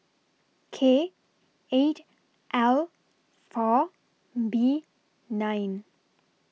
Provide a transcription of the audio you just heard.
K eight L four B nine